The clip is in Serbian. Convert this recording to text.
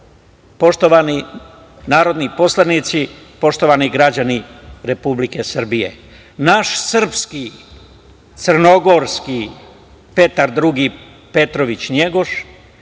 ustanka. Poštovani narodni poslanici, poštovani građani Republike Srbije, naš srpski, crnogorski Petar Drugi Petrović Njegoš,